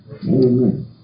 Amen